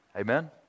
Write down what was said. Amen